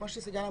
כמו שסיגל אמרה,